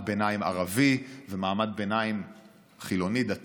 ומעמד ביניים ערבי ומעמד ביניים חילוני-דתי,